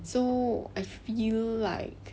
so I feel like